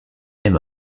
même